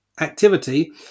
activity